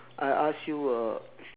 I ask you err